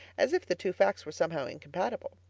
as if the two facts were somehow incompatible.